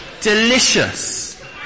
delicious